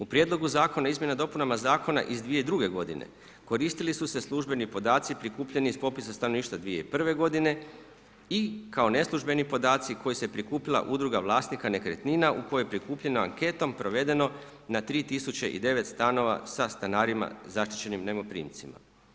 U prijedlogu zakona izmjena i dopunama zakona iz 2002. godine koristili su se službeni podaci prikupljeni iz popisa stanovništva 2001. godine i kao neslužbeni podaci koji je prikupila Udruga vlasnika nekretnina u kojoj je prikupljeno, anketom provedeno na 3009 stanova sa stanarima zaštićenim najmoprimcima.